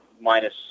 minus